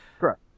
Correct